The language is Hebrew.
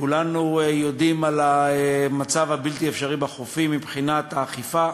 כולנו יודעים על המצב הבלתי-אפשרי בחופים מבחינת האכיפה,